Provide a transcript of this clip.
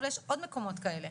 אבל יש עוד מקומות כאלה.